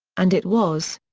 and it was.